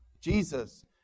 Jesus